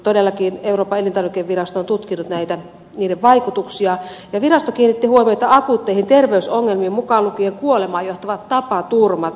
todellakin euroopan elintarvikevirasto on tutkinut niiden vaikutuksia ja virasto kiinnitti huomiota akuutteihin terveysongelmiin mukaan lukien kuolemaan johtavat tapaturmat